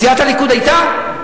סיעת הליכוד היתה?